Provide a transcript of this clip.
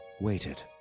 waited